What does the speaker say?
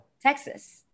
Texas